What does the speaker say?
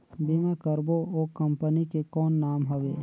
बीमा करबो ओ कंपनी के कौन नाम हवे?